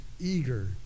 eager